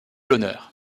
honneur